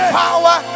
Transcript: power